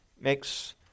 makes